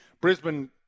Brisbane